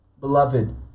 Beloved